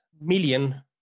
million